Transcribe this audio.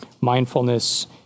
mindfulness